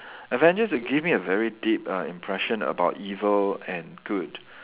Avengers give me a very deep uh impression about evil and good